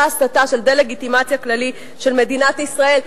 הסתה של דה-לגיטימציה כללית של מדינת ישראל.